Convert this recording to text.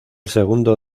segundo